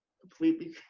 completely